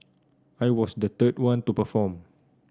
I was the third one to perform